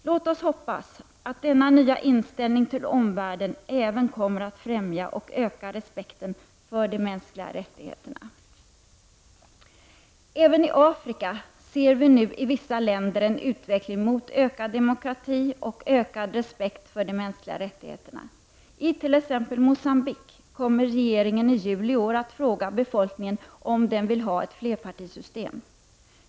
Låt oss hoppas att denna nya inställning till omvärlden även kommer att främja och öka respekten för de mänskliga rättigheterna. Även i Afrika ser vi nu i vissa länder en utveckling mot ökad demokrati och ökad respekt för de mänskliga rättigheterna. I t.ex. Mogambique kommer regeringen i juli i år att fråga befolkningen om den vill ha ett flerpartisystem.